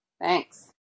Thanks